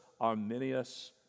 Arminius